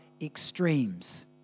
extremes